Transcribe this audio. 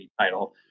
title